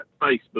Facebook